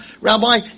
Rabbi